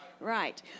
Right